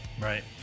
Right